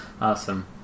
awesome